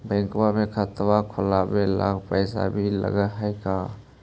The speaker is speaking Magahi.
बैंक में खाता खोलाबे ल पैसा भी लग है का?